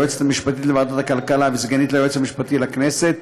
היועצת המשפטית לוועדת הכלכלה וסגנית ליועץ המשפטי לכנסת,